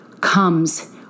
comes